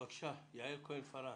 בבקשה, יעל כהן-פארן.